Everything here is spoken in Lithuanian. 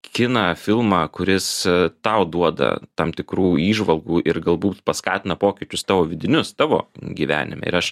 kiną filmą kuris tau duoda tam tikrų įžvalgų ir galbūt paskatina pokyčius tavo vidinius tavo gyvenime ir aš